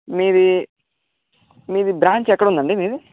మీది మీది బ్రాంచ్ ఎక్కడుందండి మీది